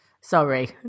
Sorry